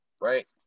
right